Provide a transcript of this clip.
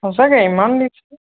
সঁচাকে ইমান দিছে